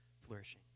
flourishing